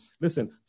listen